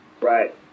Right